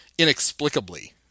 Inexplicably